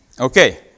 Okay